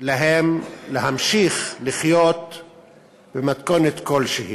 להן להמשיך לחיות במתכונת כלשהי.